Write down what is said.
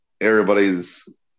everybody's